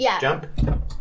jump